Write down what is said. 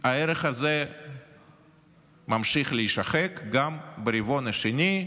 הערך הזה ממשיך להישחק גם ברבעון השני,